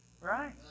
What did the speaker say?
right